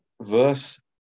Verse